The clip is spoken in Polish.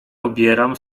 obieram